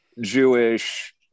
Jewish